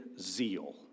zeal